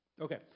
Okay